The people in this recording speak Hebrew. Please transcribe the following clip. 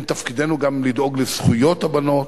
תפקידנו גם לדאוג לזכויות הבנות.